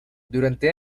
durante